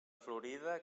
florida